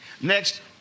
Next